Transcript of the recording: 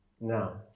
No